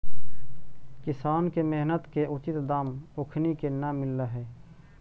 किसान के मेहनत के उचित दाम ओखनी के न मिलऽ हइ